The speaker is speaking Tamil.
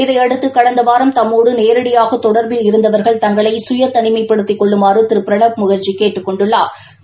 இதையடுத்து கடந்த வாரம் தம்மோடு நேரடியாக தொடர்பில் இருந்தவர்கள் தங்களை சுய தனிமைப்படுத்திக் கொள்ளுமாறு திரு பிரணாப் முகா்ஜி கேட்டுக்கொண்டுள்ளாா்